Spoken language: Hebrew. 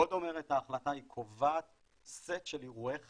עוד אומרת ההחלטה, היא קובעת סט של אירועי חיים,